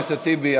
חבר הכנסת טיבי,